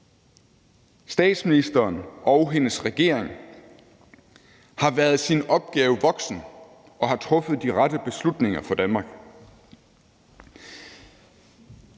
statsministeren og hendes regering har været deres opgave voksen og har truffet de rette beslutninger for Danmark.